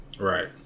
Right